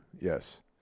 yes